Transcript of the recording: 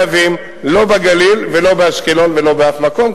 לא בגליל ולא באשקלון ולא בשום מקום,